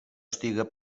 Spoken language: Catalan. estiga